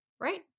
right